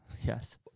Yes